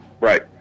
Right